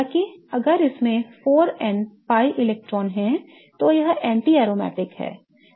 हालाँकि अगर इसमें 4n pi इलेक्ट्रॉन हैं तो यह anti aromatic है